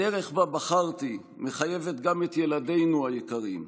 הדרך שבה בחרתי מחייבת גם את ילדינו היקרים,